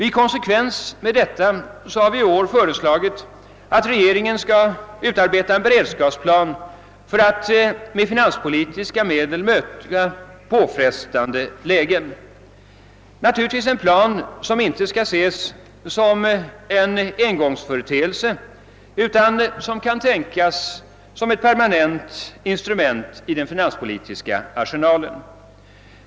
I konsekvens därmed har vi i år föreslagit att regeringen skall utarbeta en beredskapsplan för att med finanspolitiska medel möta påfrestande lägen — naturligtvis en plan som inte skall ses som en engångsföreteelse utan som kan tänkas som ett permanent instrument i den finanspolitiska arsenalen.